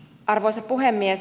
arvoisa puhemies